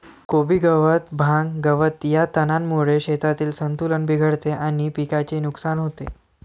कोबी गवत, भांग, गवत या तणांमुळे शेतातील संतुलन बिघडते आणि पिकाचे नुकसान होते